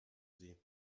sie